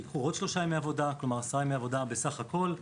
עשרה ימי עבודה בסך הכול.